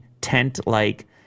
tent-like